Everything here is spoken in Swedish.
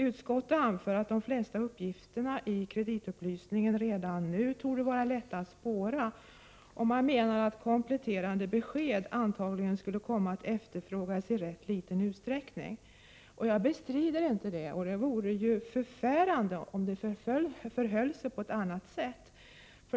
Utskottet anför att de flesta uppgifterna i kreditupplysningen redan nu torde vara lätta att spåra och menar att kompletterande besked antagligen skulle komma att efterfrågas i rätt liten utsträckning. Jag bestrider inte det — det vore ju förfärande om det förhöll sig på annat sätt.